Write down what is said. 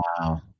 Wow